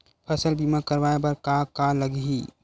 फसल बीमा करवाय बर का का लगही?